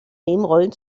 nebenrollen